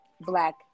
Black